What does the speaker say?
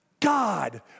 God